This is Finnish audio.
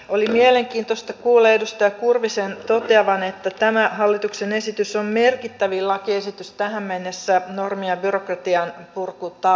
oli mielenkiintoista kuulla edustaja kurvisen toteavan että tämä hallituksen esitys on merkittävin lakiesitys tähän mennessä normien ja byrokratianpurkutalkoissa